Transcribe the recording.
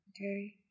Okay